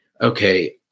okay